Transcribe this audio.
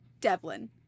Devlin